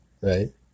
right